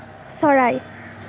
চৰাই